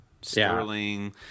Sterling